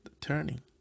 turning